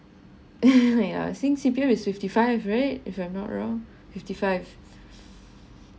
sing C_P_F is fifty five right if I'm not wrong fifty five